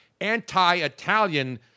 anti-Italian